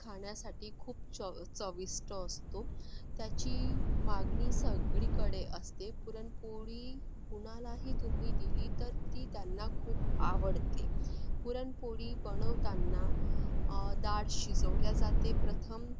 खाण्यासाठी खूप च चविष्ट असतो त्याची मागणी सगळीकडे असते पुरणपोळी कुणालाही तुम्ही दिली तर ती त्यांना खूप आवडते पुरणपोळी बनवताना डाळ शिजवल्या जाते प्रथम